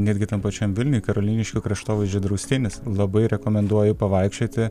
netgi tam pačiam vilniuj karoliniškių kraštovaizdžio draustinis labai rekomenduoju pavaikščioti